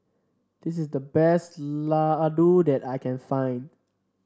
this is the best Ladoo that I can find